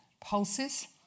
pulses